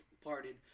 parted